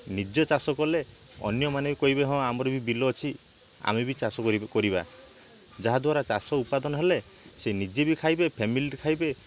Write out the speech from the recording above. ନିଜେ ଚାଷ କଲେ ଅନ୍ୟମାନେ କହିବେ ହଁ ଆମର ବି ବିଲ ଅଛି ଆମେ ବି ଚାଷ କରିବା ଯାହାଦ୍ୱାରା ଚାଷ ଉପାଦାନ ହେଲେ ସେ ନିଜେ ବି ଖାଇବେ ଫେମିଲି ଖାଇବେ